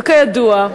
וכידוע,